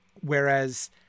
Whereas